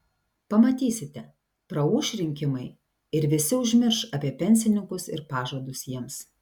pamatysite praūš rinkimai ir visi užmirš apie pensininkus ir pažadus jiems